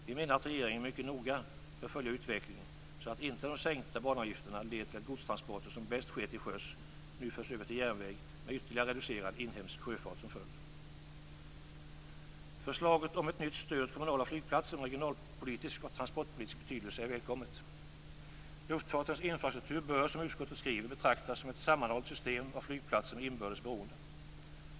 Vi menar att regeringen mycket noga bör följa utvecklingen, så att inte de sänkta banavgifterna leder till att godstransporter som bäst sker till sjöss nu förs över till järnväg med ytterligare reducerad inhemsk sjöfart som följd. Förslaget om ett nytt stöd åt kommunala flygplatser med regionalpolitisk och tranportpolitisk betydelse är välkommet. Luftfartens infrastruktur bör, som utskottet skriver, betraktas som ett sammanhållet system av flygplatser med inbördes beroende.